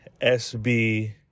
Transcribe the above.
SB